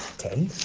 ten